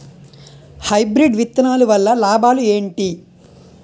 Hybrid విత్తనాలు వల్ల లాభాలు ఏంటి?